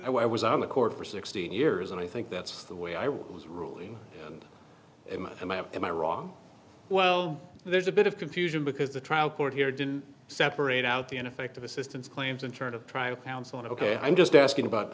i was on the court for sixteen years and i think that's the way i was ruling and i am i wrong well there's a bit of confusion because the trial court here didn't separate out the ineffective assistance claims in terms of trial counsel and ok i'm just asking about i